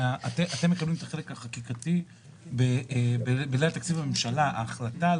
אתם מקבלים את החלק החקיקתי בגלל תקציב הממשלה ההחלטה על